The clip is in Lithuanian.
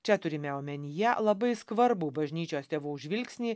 čia turime omenyje labai skvarbų bažnyčios tėvų žvilgsnį